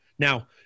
Now